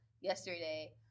yesterday